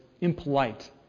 impolite